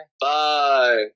Bye